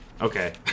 Okay